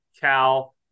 Cal